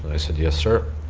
i said, yes, sir.